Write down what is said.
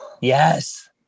Yes